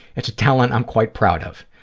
it's a talent i'm quite proud of.